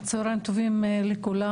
צוהריים טובים לכולם.